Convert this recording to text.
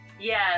Yes